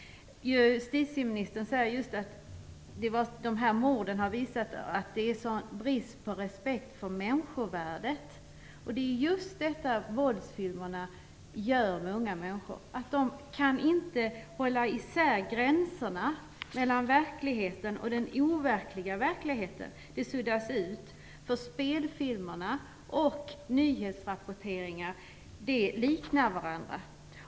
Justitieministern säger att de olika morden har visat att det är brist på respekt för människovärdet. Det är just detta våldsfilmerna medverkar till när det gäller unga människor. De kan inte hålla isär gränsen mellan verkligheten och den overkliga verkligheten. Den suddas ut. Spelfilmerna och nyhetsrapporteringarna liknar varandra.